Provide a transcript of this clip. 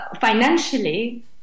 financially